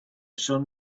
sun